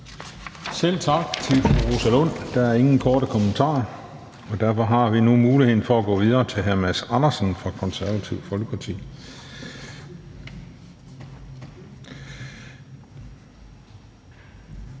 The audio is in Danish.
Selv tak til fru Rosa Lund. Der er ingen korte bemærkninger, og derfor går vi nu videre til hr. Mads Andersen fra Det Konservative Folkeparti.